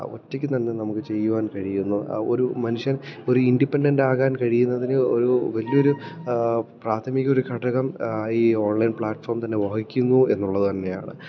ഒറ്റയ്ക്ക് തന്നെ നമുക്ക് ചെയ്യുവാൻ കഴിയുന്നു ഒരു മനുഷ്യൻ ഒരു ഇൻഡിപ്പെൻഡെൻറ്റ് ആകാൻ കഴിയുന്നതിന് ഒരു വലിയ ഒരു പ്രാഥമിക ഒരു ഘടകം ഈ ഓൺലൈൻ പ്ലാറ്റ്ഫോം തന്നെ വഹിക്കുന്നു എന്നുള്ളത് തന്നെയാണ്